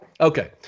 Okay